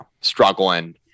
struggling